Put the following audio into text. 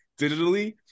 digitally